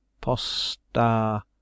posta